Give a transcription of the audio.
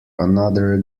another